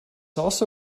also